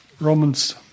Romans